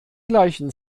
gleichen